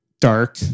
dark